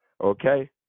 Okay